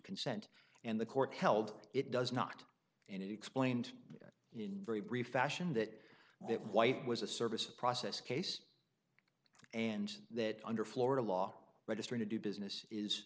consent and the court held it does not and explained in very brief fashion that that white was a service a process case and that under florida law registering to do business is